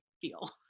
feel